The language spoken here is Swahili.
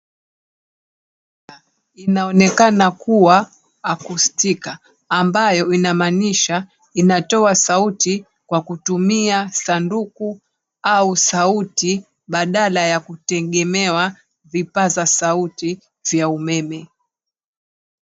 Inaonekana kuwa akustika ambayo inamaanisha inatoa sauti kwa kutumia sanduku au sauti badala ya kutegemewa vipaza sauti vya umeme.